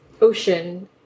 Ocean